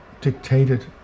dictated